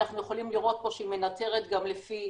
אנחנו יכולים לראות פה שהיא מנטרת גם לפי